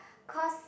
cause